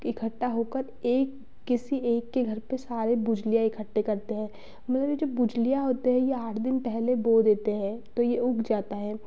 इकठ्ठा होकर एक किसी एक के घर पर सारे बुझलिया इकट्ठे करते हैं मेन यह जो बुझलिया होते हैं यह आठ दिन पहले बो देते है तो यह उग जाता है